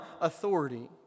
authority